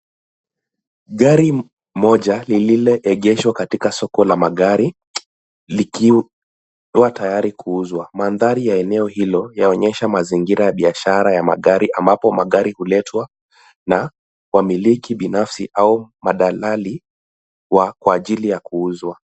Gari moja lililoegeshwa katika soko la magari likiwa tayari kuuzwa. Mandhari ya eneo hilo yaonesha mazingira ya biashara ya magari ambapo magari huletwa na wamiliki binafsi au madalali kwa ajili ya kuuzwa.